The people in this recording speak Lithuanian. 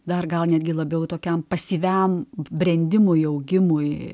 dar gal netgi labiau tokiam pasyviam brendimui augimui